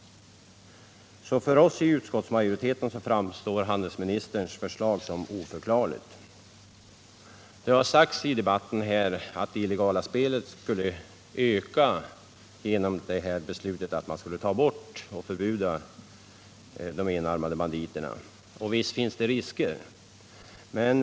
För utskottsmajoriteten framstår därför handelsministerns förslag som oförklarligt. Det har sagts i debatten att det illegala spelandet skulle öka genom beslutet att förbjuda de enarmade banditerna. Och visst finns det risker för en sådan ökning.